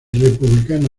republicano